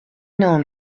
known